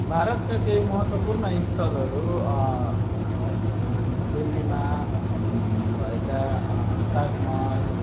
भारतका केही महत्त्वपूर्ण स्थलहरू दिल्लीमा भएका ताज महल